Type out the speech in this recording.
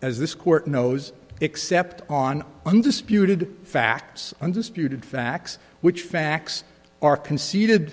as this court knows except on undisputed facts undisputed facts which facts are conce